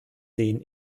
den